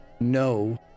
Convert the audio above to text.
no